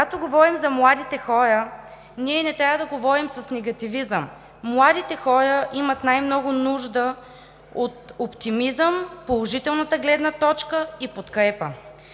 когато говорим за младите хора, ние не трябва да говорим с негативизъм. Младите хора имат най-много нужда от оптимизъм, положителна гледна точка и подкрепа.